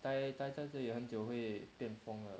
呆呆在家里会变疯了